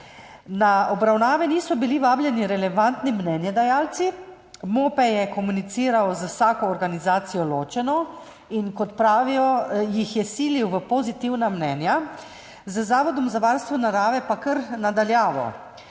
Na obravnave niso bili vabljeni relevantni mnenjedajalci, MOPE je komuniciral z vsako organizacijo ločeno in kot pravijo, jih je silil v pozitivna mnenja, z Zavodom za varstvo narave pa kar na daljavo.